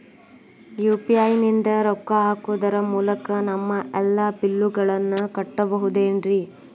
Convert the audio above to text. UPI ನಿಂದ ರೊಕ್ಕ ಹಾಕೋದರ ಮೂಲಕ ನಮ್ಮ ಎಲ್ಲ ಬಿಲ್ಲುಗಳನ್ನ ಕಟ್ಟಬಹುದೇನ್ರಿ?